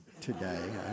today